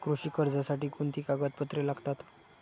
कृषी कर्जासाठी कोणती कागदपत्रे लागतात?